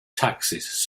taxes